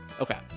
Okay